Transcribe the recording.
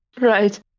Right